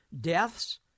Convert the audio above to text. Deaths